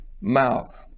mouth